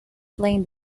playing